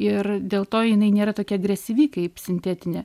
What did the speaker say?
ir dėl to jinai nėra tokia agresyvi kaip sintetinė